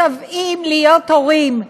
משוועים להיות הורים,